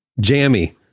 Jammy